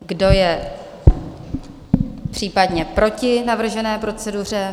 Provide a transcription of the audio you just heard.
Kdo je případně proti navržené proceduře?